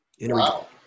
Wow